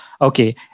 Okay